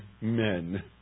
men